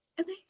Okay